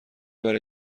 برای